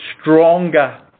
stronger